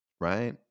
right